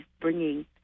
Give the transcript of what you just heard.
bringing